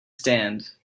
stand